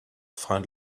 find